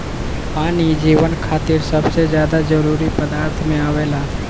पानी जीवन खातिर सबसे ज्यादा जरूरी पदार्थ में आवेला